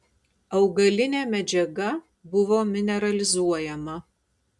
augalinė medžiaga buvo mineralizuojama